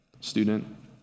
student